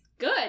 good